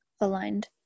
aligned